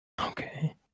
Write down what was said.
Okay